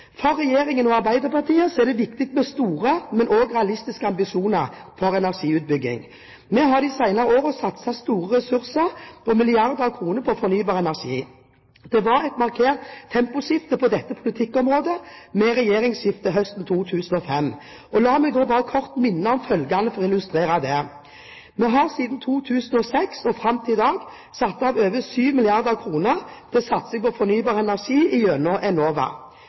For regjeringen og Arbeiderpartiet er det viktig med store, men også realistiske, ambisjoner for energiutbyggingen. Vi har de senere årene satset store ressurser og milliarder av kroner på fornybar energi. Det var et markert temposkifte på dette politikkområdet ved regjeringsskiftet høsten 2005. La meg kort minne om følgende for å illustrere dette: Vi har siden 2006 og fram til i dag satt av over 7 mrd. kr til satsing på fornybar energi gjennom Enova.